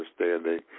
understanding